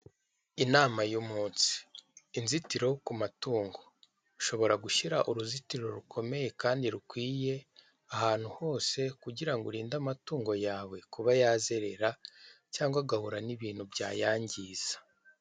Inama y'umunsi. Inzitiro ku matungo. Ushobora gushyira uruzitiro rukomeye kandi rukwiye ahantu hose kugira ngo urinde amatungo yawe kuba yazerera cyangwa ugahura n'ibintu byayangiza.